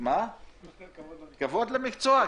למקצוע,